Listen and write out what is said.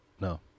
no